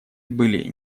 были